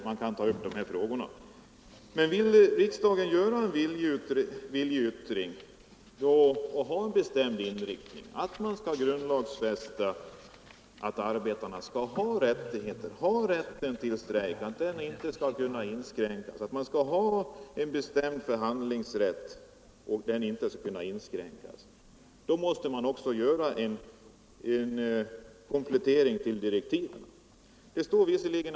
Men om riksdagen har den bestämda inriktningen att man skall grundlagsfästa arbetarnas rättigheter, då bör riksdagen göra en viljeyttring, att arbetarna skall ha en bestämd förhandlingsrätt och rätt att strejka utan att denna rätt skall kunna inskränkas. I så fall måste man också göra en komplettering av utredningens direktiv.